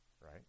right